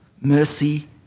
mercy